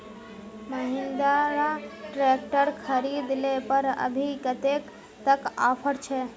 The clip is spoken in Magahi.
महिंद्रा ट्रैक्टर खरीद ले पर अभी कतेक तक ऑफर छे?